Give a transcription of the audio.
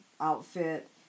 outfit